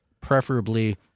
Preferably